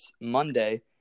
Monday